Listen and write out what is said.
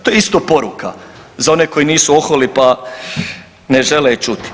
To je isto poruka za one koji nisu oholi pa ne žele je čuti.